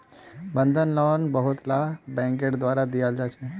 बंधक लोन बहुतला बैंकेर द्वारा दियाल जा छे